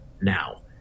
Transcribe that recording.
now